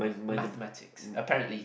mathematics apparently